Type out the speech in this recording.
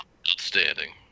Outstanding